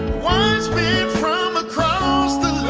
wise men from across the